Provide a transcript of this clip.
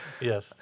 Yes